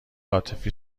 عاطفی